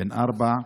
בן 4,